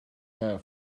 have